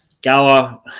Gala